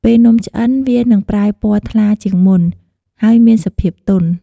ពេលនំឆ្អិន វានឹងប្រែពណ៌ថ្លាជាងមុន ហើយមានសភាពទន់។